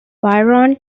byron